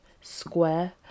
square